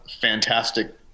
fantastic